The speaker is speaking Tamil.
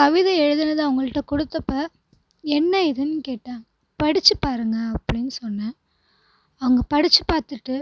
கவிதை எழுதுனதை அவங்கள்ட்ட கொடுத்தப்ப என்ன இதுனு கேட்டாங்கள் படித்து பாருங்கள் அப்படினு சொன்னேன் அவங்க படிச்சி பார்த்துட்டு